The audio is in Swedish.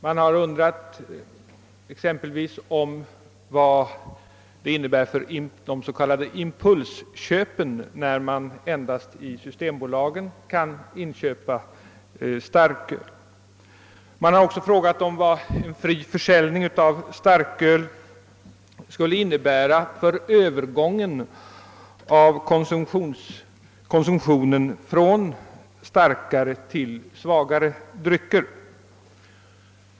Så har man t.ex. undrat vad det innebär för de s.k. impulsköpen att starköl endast kan köpas i systembutikerna. Likaså har man frågat vad en fri försäljning av starköl skulle innebära för en övergång i konsumtionen från starkare till svagare drycker.